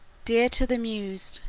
dear to the muse,